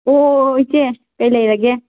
ꯑꯣ ꯑꯣ ꯑꯣ ꯏꯆꯦ ꯀꯔꯤ ꯂꯩꯔꯒꯦ